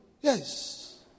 Yes